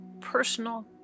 personal